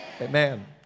Amen